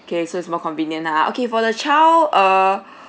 K so is more convenient lah okay for the child err